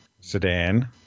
sedan